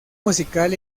musical